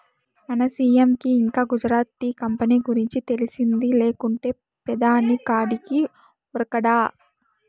మన సీ.ఎం కి ఇంకా గుజరాత్ టీ కంపెనీ గురించి తెలిసింది లేకుంటే పెదాని కాడికి ఉరకడా